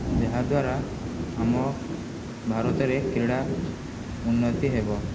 ଯାହାଦ୍ଵାରା ଆମ ଭାରତରେ କ୍ରୀଡ଼ା ଉନ୍ନତି ହେବ